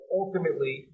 ultimately